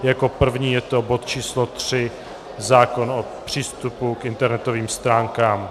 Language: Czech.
Jako první je to bod číslo 3 zákon o přístupu k internetovým stránkám.